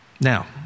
Now